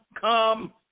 come